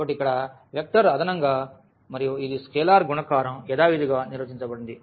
కాబట్టి ఇక్కడ వెక్టర్ అదనంగా మరియు ఇది స్కేలార్ గుణకారం యథావిధిగా నిర్వచించబడింది